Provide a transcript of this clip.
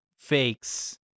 fakes